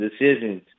decisions